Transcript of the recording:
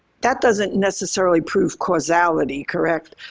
that doesn't necessarily prove causality, correct?